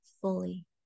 fully